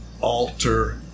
alter